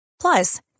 Plus